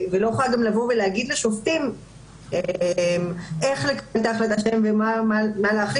וגם לא יכולה להגיד לשופטים איך לקבל את ההחלטה שלהם ומה להחליט,